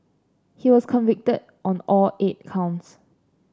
he was convicted on all eight counts